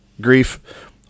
grief